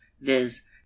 viz